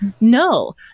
No